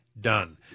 done